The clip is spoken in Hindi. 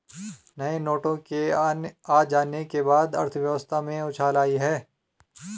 नए नोटों के आ जाने के बाद अर्थव्यवस्था में उछाल आयी है